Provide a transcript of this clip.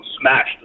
smashed